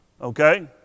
Okay